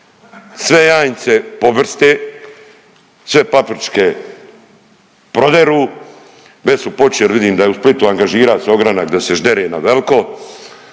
Sve janjce pobrste, sve papričke proberu, već su počeli. Vidim da je u Splitu angažira se ogranak da se ždere na veliko,